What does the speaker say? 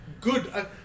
good